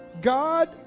God